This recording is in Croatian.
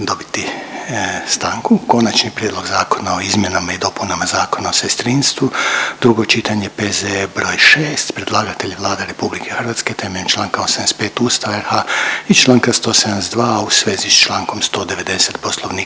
dobiti stanku. - Konačni prijedlog zakona o izmjenama i dopunama Zakona o sestrinstvu, drugo čitanje, P.Z. br. 6. Predlagatelj je Vlada RH temeljem čl. 85. Ustava RH i čl. 172., a u svezi s čl. 190. Poslovnika